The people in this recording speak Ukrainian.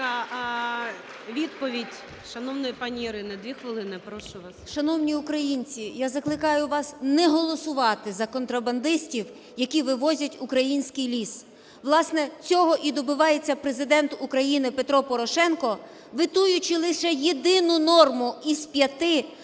відповідь шановної пані Ірини. 2 хвилин. Прошу вас. 13:06:33 ЛУЦЕНКО І.С. Шановні українці, я закликаю вас не голосувати за контрабандистів, які вивозять український ліс. Власне, цього і добивається Президент України Петро Порошенко, ветуючи лише єдину норму із п'яти,